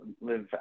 live